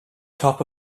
top